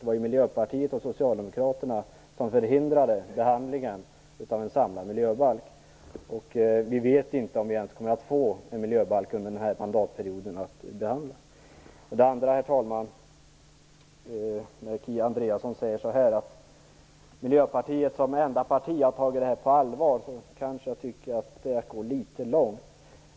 Det var Miljöpartiet och Socialdemokraterna som förhindrade behandlingen av en samlad miljöbalk. Vi vet inte ens om vi kommer att få ett förslag till en miljöbalk att behandla under den här mandatperioden. När Kia Andreasson säger att Miljöpartiet som enda parti har tagit detta på allvar kanske jag tycker att det är att gå litet långt.